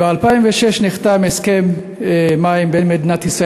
ב-2006 נחתם הסכם מים בין מדינת ישראל